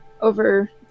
over